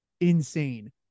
insane